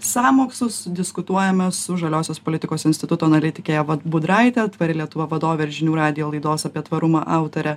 sąmokslus diskutuojame su žaliosios politikos instituto analitike ieva budraite tvari lietuva vadove žinių radijo laidos apie tvarumą autore